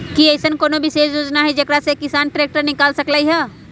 कि अईसन कोनो विशेष योजना हई जेकरा से किसान ट्रैक्टर निकाल सकलई ह?